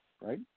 right